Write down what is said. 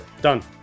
Done